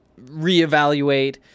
reevaluate